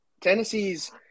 Tennessee's –